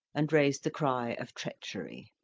and raised the cry of treachery.